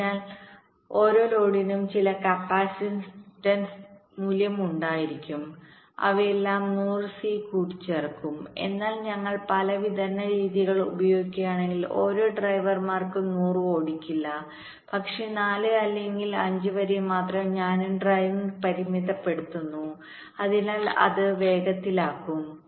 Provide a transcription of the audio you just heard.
അതിനാൽ ഓരോ ലോഡിനും ചില കപ്പാസിറ്റൻസ് മൂല്യം ഉണ്ടായിരിക്കും അവയെല്ലാം 100 സി കൂട്ടിച്ചേർക്കും എന്നാൽ ഞങ്ങൾ പല വിതരണ രീതികൾ ഉപയോഗിക്കുകയാണെങ്കിൽ ഓരോ ഡ്രൈവർക്കും 100 ഓടിക്കില്ല പക്ഷേ 4 അല്ലെങ്കിൽ 5 വരെ മാത്രം ഞാനും ഡ്രൈവിംഗ് പരിമിതപ്പെടുത്തുന്നു അതിനാൽ അത് വേഗത്തിലാകും